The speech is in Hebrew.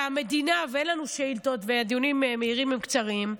אין לנו שאילתות, והדיונים המהירים הם קצרים.